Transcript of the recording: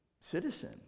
citizen